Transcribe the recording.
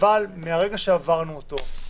אבל מרגע שעברנו אותו,